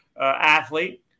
athlete